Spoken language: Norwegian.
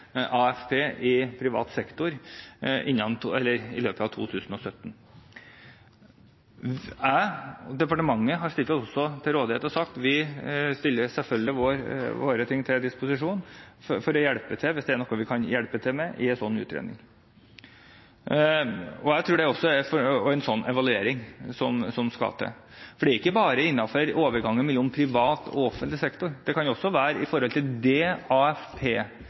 AFP i privat sektor i løpet av 2017. Jeg og departementet har stilt oss til rådighet og sagt at vi selvfølgelig stiller våre ting til disposisjon for å hjelpe til, hvis det er noe vi kan hjelpe til med, i en slik utredning. Jeg tror også det er en slik evaluering som skal til. For det gjelder ikke bare overgangen mellom privat og offentlig sektor, det kan også gjelde AFP-ordningen i